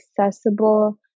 accessible